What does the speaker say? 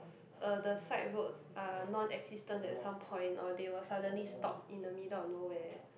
uh the side roads are non existent at some point or they will suddenly stop in the middle of nowhere